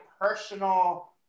personal